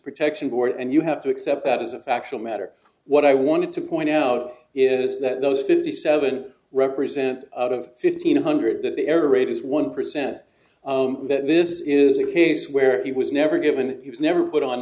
protection board and you have to accept that as a factual matter what i want to point out is that those fifty seven represent out of fifteen hundred that the error rate is one percent that this is a case where he was never given he was never put on